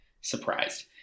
surprised